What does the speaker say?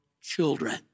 children